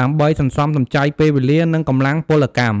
ដើម្បីសន្សំសំចៃពេលវេលា និងកម្លាំងពលកម្ម។